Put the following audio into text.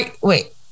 Wait